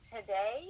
Today